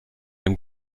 dem